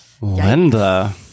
Linda